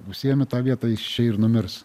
užsiėmė tą vietą jis čia ir numirs